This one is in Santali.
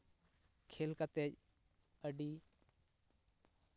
ᱠᱷᱮᱞ ᱠᱟᱛᱮᱜ ᱟᱹᱰᱤ